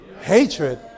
Hatred